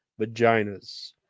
vaginas